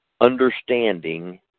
understanding